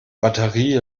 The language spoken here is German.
batterie